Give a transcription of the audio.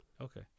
Okay